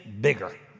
bigger